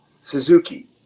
Suzuki